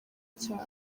cyane